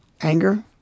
Anger